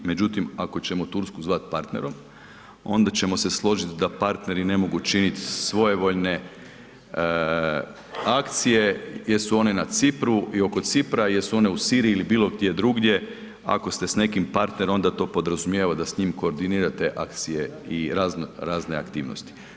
Međutim ako ćemo Tursku zvati partnerom, onda ćemo se složiti da partneri ne mogu činiti svojevoljne akcije jesu one na Cipru i oko Cipra, jesu one u Siriji ili bilo gdje drugdje, ako ste s nekim partner onda to podrazumijeva da s njim koordinirate akcije i razno razne aktivnosti.